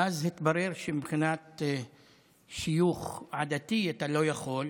ואז התברר שמבחינת שיוך עדתי אתה לא יכול,